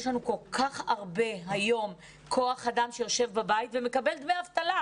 יש לנו היום כל כך הרבה כוח אדם שיושב בבית ומקבל דמי אבטלה.